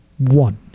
one